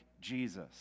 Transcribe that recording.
Jesus